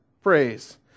phrase